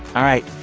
all right.